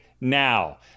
now